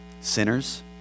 Sinners